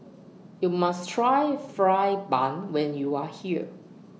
YOU must Try Fried Bun when YOU Are here